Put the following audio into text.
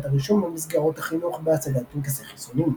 הרישום למסגרות החינוך בהצגת פנקסי חיסונים.